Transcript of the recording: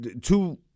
two